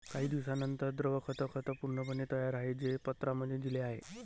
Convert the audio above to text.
काही दिवसांनंतर, द्रव खत खत पूर्णपणे तयार आहे, जे पत्रांमध्ये दिले आहे